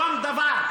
שום דבר.